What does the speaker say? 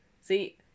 see